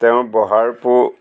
তেওঁ বহাৰ পো